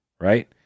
right